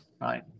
right